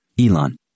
Elon